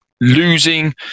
losing